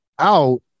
out